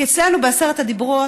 כי אצלנו, בעשרת הדיברות,